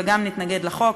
וגם נתנגד לחוק,